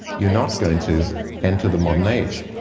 you're not going to enter the modern age.